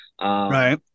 Right